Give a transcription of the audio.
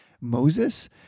Moses